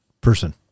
person